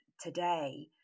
today